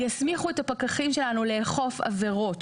יסמיכו את הפקחים שלנו לאכוף עבירות